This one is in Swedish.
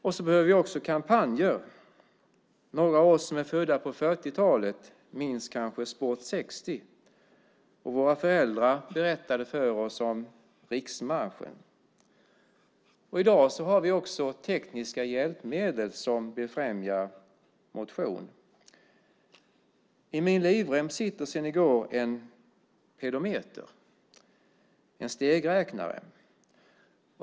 Vi behöver också kampanjer. Några av oss som är födda på 40-talet minns kanske Sport 60, och våra föräldrar berättade för oss om riksmarschen. I dag har vi också tekniska hjälpmedel som befrämjar motion. I min livrem sitter sedan i går en pedometer, en stegräknare.